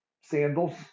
sandals